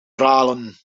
dralen